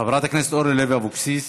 חברת הכנסת אורלי לוי אבקסיס.